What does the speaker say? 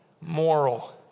moral